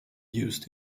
used